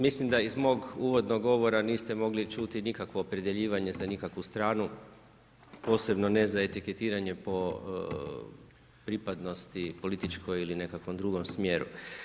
Mislim da iz mog uvodnog govora niste mogli čuti nikakvo opredjeljivanje za nikakvu stranu, posebno ne za etiketiranje po pripadnosti političkoj ili nekakvom drugom smjeru.